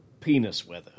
Penisweather